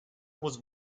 was